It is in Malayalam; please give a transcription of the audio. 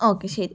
ഓക്കേ ശരി